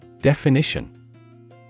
Definition